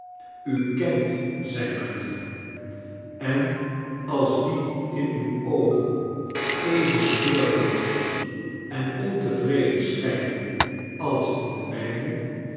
u kent zijn manieren en als die in uw oogen even zorgeloos en ontevreden schijnen als in de mijne